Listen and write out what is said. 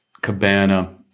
cabana